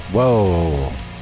Whoa